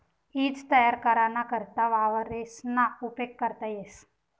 ईज तयार कराना करता वावरेसना उपेग करता येस